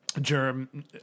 germ